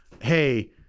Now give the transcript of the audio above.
Hey